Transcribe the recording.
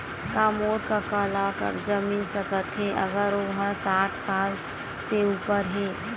का मोर कका ला कर्जा मिल सकथे अगर ओ हा साठ साल से उपर हे?